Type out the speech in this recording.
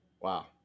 Wow